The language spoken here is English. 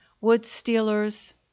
wood-stealers